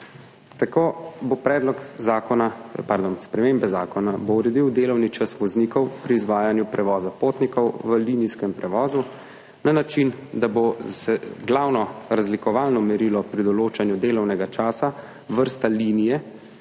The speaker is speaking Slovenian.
razmerjih. Tako bodo spremembe zakona uredile delovni čas voznikov pri izvajanju prevoza potnikov v linijskem prevozu na način, da bo glavno razlikovalno merilo pri določanju delovnega časa vrsta linije,